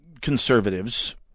conservatives